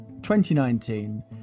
2019